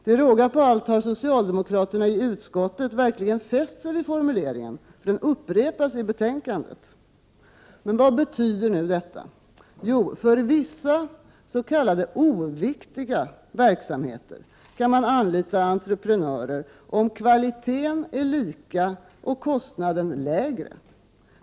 Till råga på allt har socialdemokraterna i utskottet verkligen fäst sig vid formuleringen, för den upprepas i betänkandet. Vad betyder nu detta? Jo, för vissa s.k. oviktiga verksamheter kan man anlita entreprenörer, om kvaliteten är lika och kostnaden lägre.